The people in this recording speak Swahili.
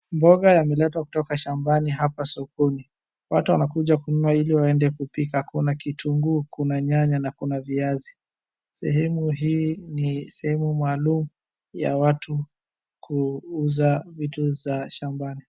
Mboga yameletwa kutoka shambani hapa sokoni. Watu wanakuja kununua iliwaende kupika. Kuna kitunguu, kuna nyanya na kuna viazi. Sehemu hii ni sehemu maalum ya watu kuuza vitu za shambani.